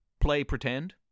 play-pretend